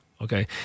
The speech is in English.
Okay